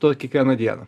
tuo kiekvieną dieną